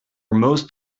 most